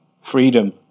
freedom